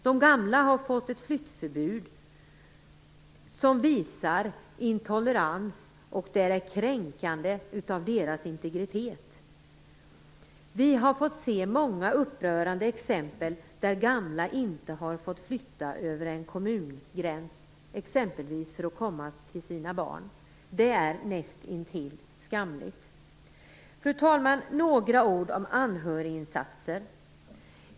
De gamla har fått ett flyttförbud, som visar intolerans och kränkande av de gamlas integritet. Vi har fått se många upprörande exempel där gamla inte har fått flytta över en kommungräns för att exempelvis komma till sina barn. Det är nästintill skamligt. Fru talman! Några ord och anhöriginsatser.